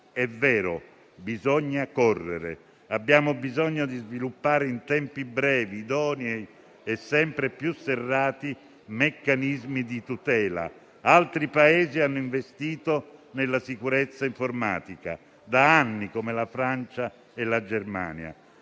È vero, bisogna correre. Abbiamo bisogno di sviluppare in tempi brevi, idonei e sempre più serrati meccanismi di tutela. Altri Paesi hanno investito nella sicurezza informatica da anni, come la Francia e la Germania.